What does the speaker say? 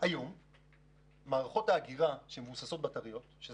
היום מערכות האגירה שמבוססות בטריות הן